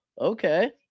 okay